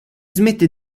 smette